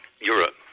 Europe